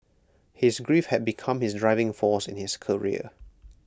his grief had become his driving force in his career